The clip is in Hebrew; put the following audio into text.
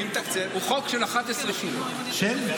הוא חוק של 11 שורות.